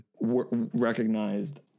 recognized